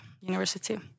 University